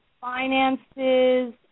Finances